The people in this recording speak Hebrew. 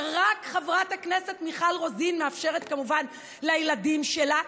שרק חברת הכנסת מיכל רוזין מאפשרת כמובן לילדים שלה.